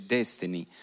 Destiny